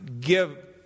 give